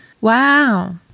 Wow